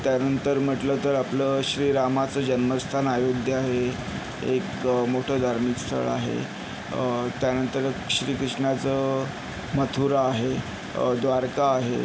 त्यानंतर म्हटलं तर आपलं श्रीरामाचं जन्मस्थान अयोध्या हे एक मोठं धार्मिक स्थळ आहे त्यानंतर श्रीकृष्णाचं मथुरा आहे द्वारका आहे